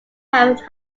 have